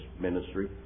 ministry